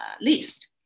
list